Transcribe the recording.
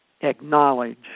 acknowledge